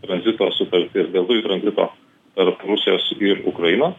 tranzito sutartį dėl dujų tranzito ir pusės ir ukraina